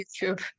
YouTube